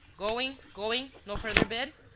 going. going. no further bid?